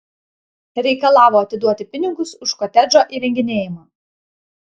reikalavo atiduoti pinigus už kotedžo įrenginėjimą